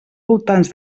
voltants